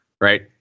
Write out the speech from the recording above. right